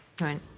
Right